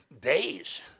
days